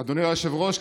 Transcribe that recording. אדוני היושב-ראש,